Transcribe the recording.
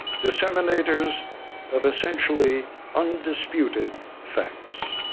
disseminators of, essentially, undisputed facts.